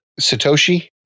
Satoshi